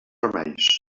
remeis